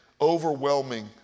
overwhelming